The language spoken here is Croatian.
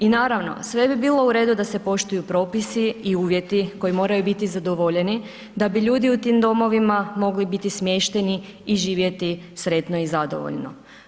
I naravno, sve bi bilo u redu da se poštuju propisi i uvjeti koji moraju biti zadovoljeni da bi ljudi u tim domovima mogli biti smješteni i živjeti sretno i zadovoljno.